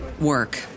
work